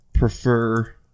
prefer